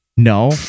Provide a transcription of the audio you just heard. No